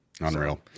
Unreal